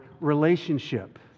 relationship